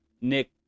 Nick